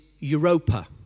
Europa